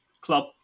club